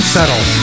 Settle